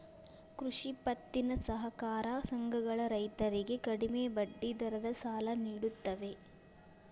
ಕೃಷಿ ಪತ್ತಿನ ಸಹಕಾರ ಸಂಘಗಳ ರೈತರಿಗೆ ಕಡಿಮೆ ಬಡ್ಡಿ ದರದ ಸಾಲ ನಿಡುತ್ತವೆ